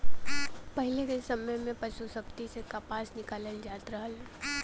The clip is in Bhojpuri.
पहिले के समय में पसु शक्ति से कपास निकालल जात रहल